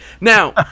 Now